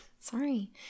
Sorry